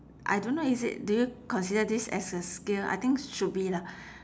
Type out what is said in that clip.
I don't know is it do you consider this as a skill I think should be lah